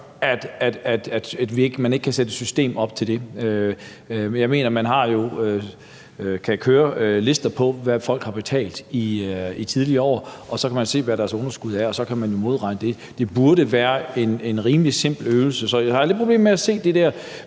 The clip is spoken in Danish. at man ikke kan sætte et system op til det. Man kan jo køre lister over, hvad folk har betalt i tidligere år, og så kan man se, hvad deres underskud er, og så kan man modregne det. Det burde være en rimelig simpel øvelse. Så jeg har lidt problemer med at se det der